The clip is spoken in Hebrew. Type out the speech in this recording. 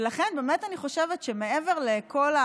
ולכן באמת אני חושבת שמעבר לכל,